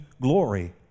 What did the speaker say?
glory